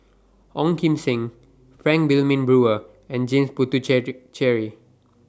Ong Kim Seng Frank Wilmin Brewer and James Puthucheary